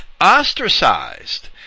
ostracized